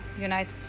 United